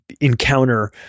encounter